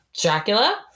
Dracula